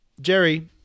Jerry